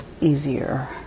easier